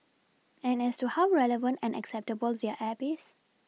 and as to how relevant and acceptable their app is